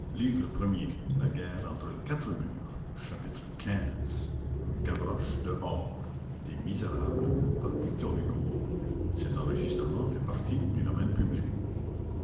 premier la guerre entre quatre murs